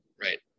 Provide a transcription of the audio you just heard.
right